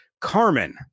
Carmen